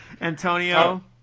Antonio